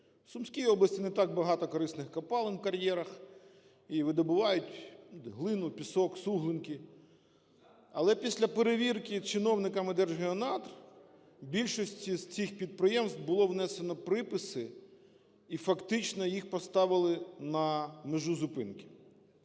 В Сумській області не так багато корисних копалень в кар'єрах, і видобувають глину, пісок, суглинки. Але після перевірки чиновниками Держгеонадр більшості з цих підприємств було внесено приписи і фактично їх поставили на межу зупинки.